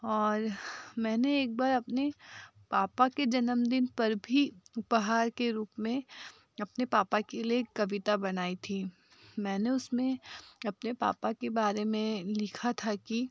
और मैंने एक बार अपनी पापा के जन्मदिन पर भी उपहार के रूप में अपने पापा के लिए एक कविता बनाई थी मैंने उसमें अपने पापा के बारे में लिखा था कि